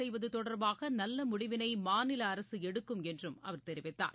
செய்வது தொடர்பாக நல்ல முடிவினை மாநில அரசு எடுக்கும் என்றும் அவர் தெரிவித்தார்